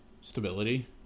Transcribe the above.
stability